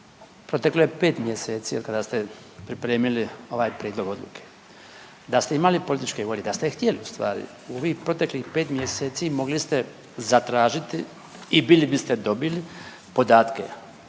proteklo je 5 mjeseci od kada ste pripremili ovaj prijedlog odluke, da ste imali političke volje, da ste htjeli u stvari u ovih protekli 5 mjeseci mogli ste zatražiti i bili biste dobili podatke